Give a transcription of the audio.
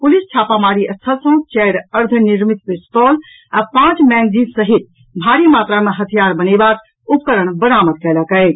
police छापामारी स्थल सँ चारि अर्द्वनिर्मित पिस्तौल आ पांच मैगजीन सहित भारी मात्रा मे हथियार बनेबाक उपकरण बरामद कयलक अछि